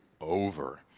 over